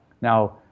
Now